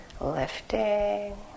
lifting